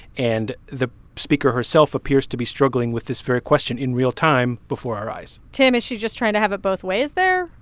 and the speaker herself appears to be struggling with this very question in real time before our eyes tim, is she just trying to have it both ways there?